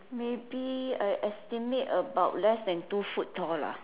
maybe I estimate about less than two foot tall lah